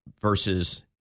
versus